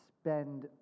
spend